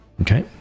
Okay